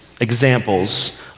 examples